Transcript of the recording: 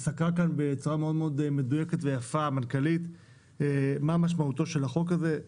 סקרה כאן בצורה מאוד מדויקת ויפה המנכ"לית את משמעותו של החוק הזה.